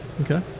Okay